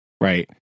right